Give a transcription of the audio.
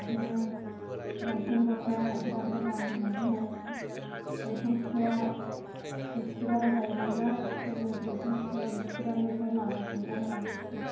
बिदिनो लंपेन्ट गस्लाया बिराद मोजां होननानैहाय बेंथल हाथाइआ बिस्टिबाराव जायो नालाय नैबे बे बेंथल हाथाइ बिस्टिबारनिफ्राय लानानै थांदोंमोन आं हाथाइआव